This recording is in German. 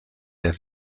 der